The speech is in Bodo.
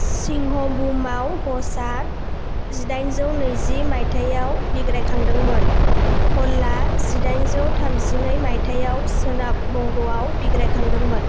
सिंहभुमआव कसआ जिदाइनजौ नैजि माइथायाव बिग्रायखांदोंमोन कलआ जिदाइनजौ थामजिनै माइथायाव सोनाब बंग'आव बिग्रायखांदोंमोन